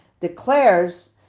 Declares